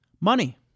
Money